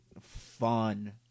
Fun